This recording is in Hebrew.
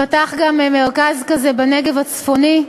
וייפתח מרכז כזה גם בנגב הצפוני,